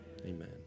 amen